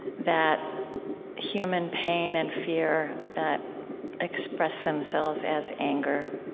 that human pain and fear that express themselves as anger.